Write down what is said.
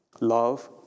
love